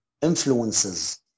influences